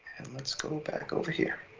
let's go back over here.